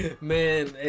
Man